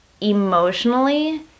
emotionally